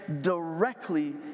directly